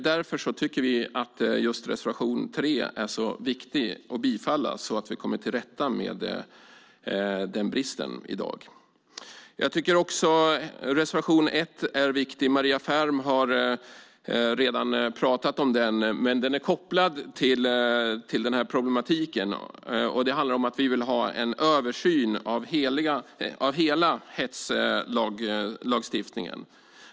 Därför tycker vi att just reservation 3 är så viktig att bifalla, så att vi kommer till rätta med den bristen. Jag tycker också att reservation 1 är viktig. Maria Ferm har redan pratat om den. Den är kopplad till den här problematiken. Det handlar om att vi vill ha en översyn av hela hetslagstiftningen.